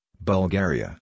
Bulgaria